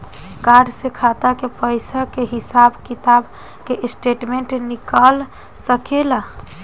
Card से खाता के पइसा के हिसाब किताब के स्टेटमेंट निकल सकेलऽ?